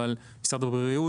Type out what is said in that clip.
כשמשרד הבריאות